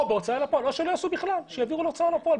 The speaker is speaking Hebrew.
או שיעבירו להוצאה לפועל.